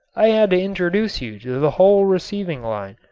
i had to introduce you to the whole receiving line,